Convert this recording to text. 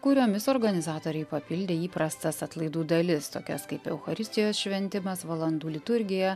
kuriomis organizatoriai papildė įprastas atlaidų dalis tokias kaip eucharistijos šventimas valandų liturgija